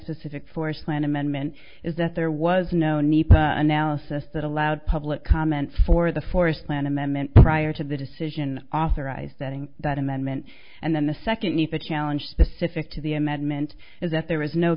specific forest plan amendment is that there was no need for analysis that allowed public comment for the forest plan amendment prior to the decision authorize that ing that amendment and then the second need to challenge the six to the amendment is that there is no